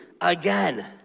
again